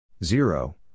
Zero